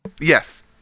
Yes